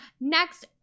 Next